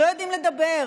לא יודעים לדבר.